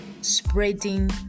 spreading